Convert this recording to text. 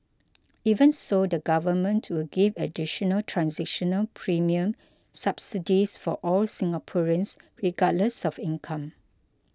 even so the Government will give additional transitional premium subsidies for all Singaporeans regardless of income